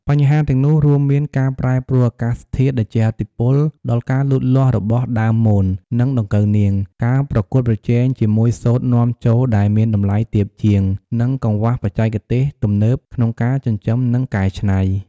បញ្ហាទាំងនោះរួមមានការប្រែប្រួលអាកាសធាតុដែលជះឥទ្ធិពលដល់ការលូតលាស់របស់ដើមមននិងដង្កូវនាង ការប្រកួតប្រជែងជាមួយសូត្រនាំចូលដែលមានតម្លៃទាបជាង និងកង្វះបច្ចេកទេសទំនើបក្នុងការចិញ្ចឹម និងកែច្នៃ។